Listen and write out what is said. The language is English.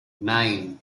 nine